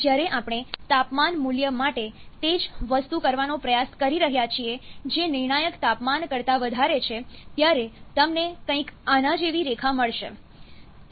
જ્યારે આપણે તાપમાન મૂલ્ય માટે તે જ વસ્તુ કરવાનો પ્રયાસ કરી રહ્યા છીએ જે નિર્ણાયક તાપમાન કરતા વધારે છે ત્યારે તમને કંઈક આના જેવી રેખા મળશે